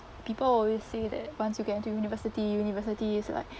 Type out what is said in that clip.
people always say that once you get into university university is like